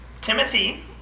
Timothy